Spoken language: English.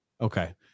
okay